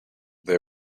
they